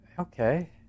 Okay